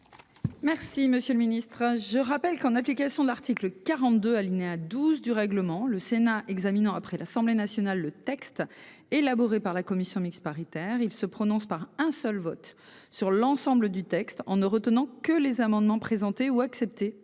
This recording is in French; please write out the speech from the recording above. Merci, monsieur le Ministre, je rappelle qu'en application de l'article 42 alinéa 12 du règlement, le Sénat examine après l'Assemblée nationale, le texte élaboré par la commission mixte paritaire, il se prononce par un seul vote sur l'ensemble du texte en ne retenant que les amendements présentés ou acceptés